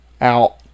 out